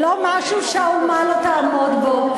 ולא משהו שהאומה לא תעמוד בו.